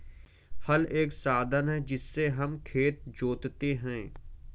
हल एक साधन है जिससे हम खेत जोतते है